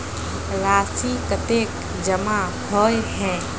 राशि कतेक जमा होय है?